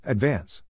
Advance